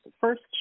first